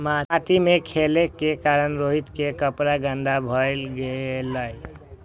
माटि मे खेलै के कारण रोहित के कपड़ा गंदा भए गेलै